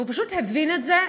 והוא פשוט הבין את זה.